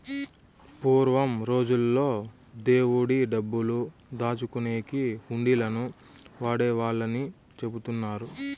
పూర్వం రోజుల్లో దేవుడి డబ్బులు దాచుకునేకి హుండీలను వాడేవాళ్ళని చెబుతున్నారు